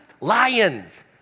Lions